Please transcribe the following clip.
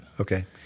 Okay